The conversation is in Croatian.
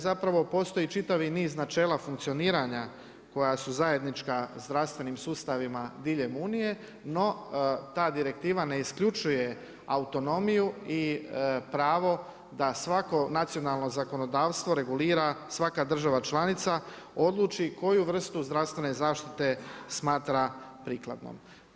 Zapravo postići čitavi niz načela funkcioniranja koja su zajednička zdravstvenim sustavima diljem Unije, no ta direktivna ne isključuje autonomiju i pravo da svako nacionalno zakonodavstvo regulira svaka država članica, odluči koju vrstu zdravstvene zaštite smatra prikladnom.